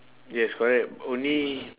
yes correct only